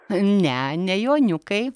ne ne joniukai